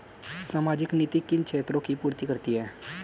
सामाजिक नीति किन क्षेत्रों की पूर्ति करती है?